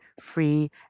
free